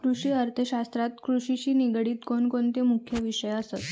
कृषि अर्थशास्त्रात कृषिशी निगडीत कोणकोणते मुख्य विषय असत?